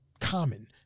Common